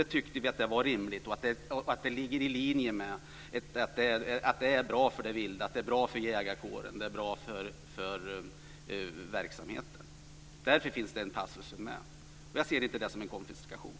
Vi tyckte att det var rimligt och det ligger i linje med att det är bra för det vilda, jägarkåren och verksamheten. Därför finns denna passus med. Jag ser inte det som en konfiskation.